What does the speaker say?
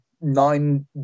nine